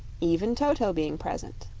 even toto being present.